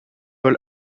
paul